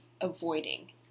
avoiding